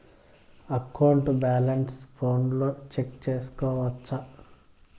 account balance ఫోనులో check సేసుకోవచ్చా